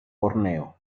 borneo